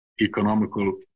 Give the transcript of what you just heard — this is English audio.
economical